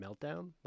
meltdown